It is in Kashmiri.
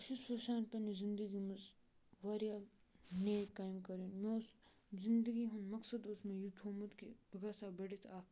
بہٕ چھُس یژھان پنٛنہِ زندگی منٛز واریاہ نیک کامہِ کَرُن مےٚ اوس زندگی ہُنٛد مقصد اوس مےٚ یہِ تھوٚمُت کہِ بہٕ گژھہٕ ہا بٔڑِتھ اَکھ